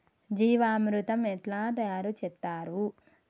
జీవామృతం ఎట్లా తయారు చేత్తరు?